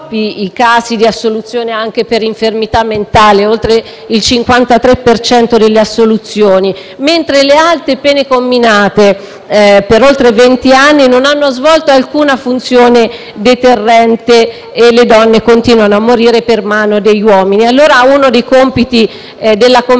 i casi di assoluzione anche per infermità mentale (oltre il 53 per cento delle assoluzioni), mentre le pene inflitte, per oltre vent'anni, non hanno svolto alcuna funzione deterrente, e le donne continuano a morire per mano degli uomini. Uno dei compiti della Commissione